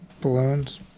balloons